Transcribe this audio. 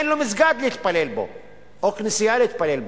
אין לו מסגד להתפלל בו או כנסייה להתפלל בה.